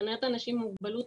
מבחינת אנשים עם מוגבלות,